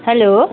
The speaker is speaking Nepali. हेलो